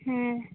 ᱦᱮᱸ